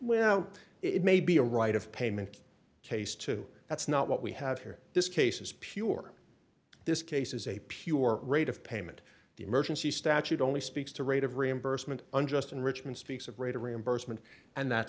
well it may be a right of payment case too that's not what we have here this case is pure this case is a pure rate of payment the emergency statute only speaks to rate of reimbursement unjust enrichment speaks of right to reimburse mint and that